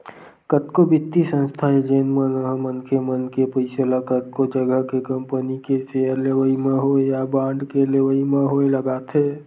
कतको बित्तीय संस्था हे जेन मन ह मनखे मन के पइसा ल कतको जघा के कंपनी के सेयर लेवई म होय या बांड के लेवई म होय लगाथे